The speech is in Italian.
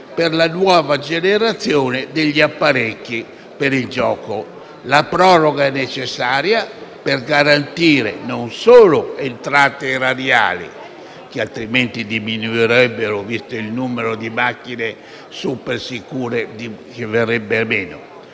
per la nuova generazione degli apparecchi per il gioco. La proroga è necessaria per garantire non solo entrate erariali, che altrimenti diminuirebbero visto il numero di macchine davvero sicure che verrebbe meno,